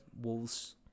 wolves